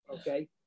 Okay